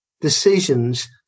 decisions